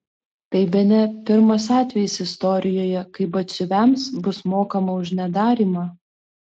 tai bene pirmas atvejis istorijoje kai batsiuviams bus mokama už nedarymą